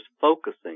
focusing